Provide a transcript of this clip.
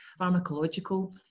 pharmacological